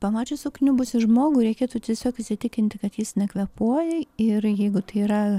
pamačius sukniubusį žmogų reikėtų tiesiog įsitikinti kad jis nekvėpuoja ir jeigu tai yra